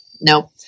no